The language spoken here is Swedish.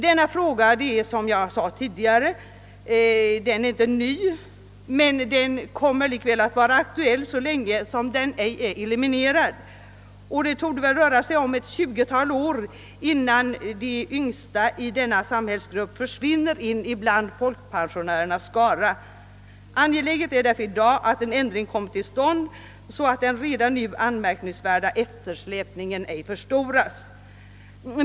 Denna fråga är som sagt inte ny, men så länge orättvisan inte är eliminerad kommer problemet att vara aktuellt. Och det torde dröja ett 20-tal år innan de yngsta i denna samhällsgrupp försvinner in i folkpensionärernas skara. Det är angeläget att en ändring kommer till stånd snabbt, så att den redan nu anmärkningsvärda eftersläpningen inte förstoras.